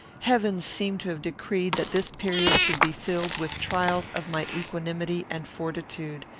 heaven seemed to have decreed that this period should be filled with trials of my equanimity and fortitude.